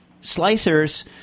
slicers